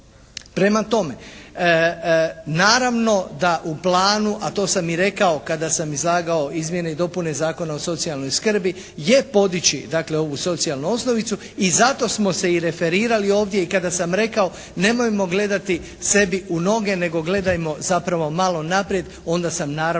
Prema tome naravno da u planu, a to sam i rekao kada sam izlagao izmjene i dopune Zakona o socijalnoj skrbi je podići dakle ovu socijalnu osnovicu i zato smo se i referirali ovdje i kada sam rekao: «Nemojmo gledati sebi u noge nego gledajmo zapravo malo naprijed onda sam naravno